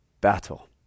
battle